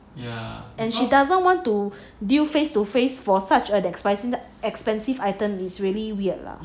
yeah and she doesn't want to deal face to face for such an expensive items is really weird lah